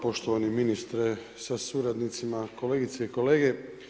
Poštovani ministre sa suradnicima, kolegice i kolege.